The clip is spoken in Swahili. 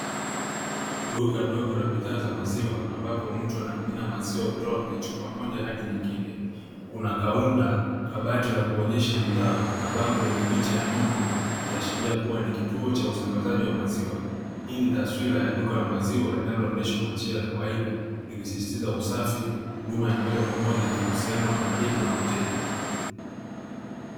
Duka dogo la bidhaa za maziwa ambapo mtu anamimina maziwa kutoka kwenye chupa moja hadi nyingine. Kuna kaunta, kabati ya kuonyesha bidhaa na bango yenye picha ya ng'ombe ikiashiria kuwa ni kituo cha usambazaji wa maziwa. Hii ni taswira ya duka la maziwa linaloendeshwa kwa njia ya kawaida, ikisisistiza usafi huduma ya moja kwa moja na uhusiano wa karibu na wateja.